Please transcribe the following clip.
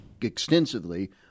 extensively